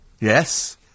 Yes